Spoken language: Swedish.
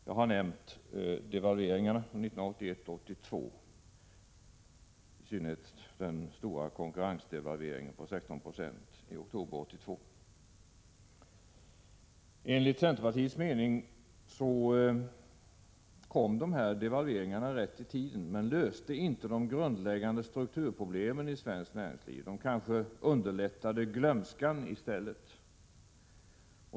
Jag har nämnt devalveringarna 1981 och 1982 — i synnerhet den stora konkurrensdevalveringen på 16 960 i oktober 1982. Enligt centerpartiets mening kom dessa devalveringar rätt i tiden men löste inte de grundläggande strukturproblemen i svenskt näringsliv. De kanske underlättade glömskan i stället.